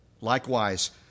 Likewise